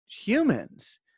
humans